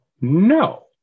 No